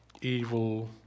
evil